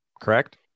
correct